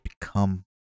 become